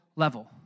level